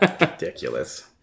Ridiculous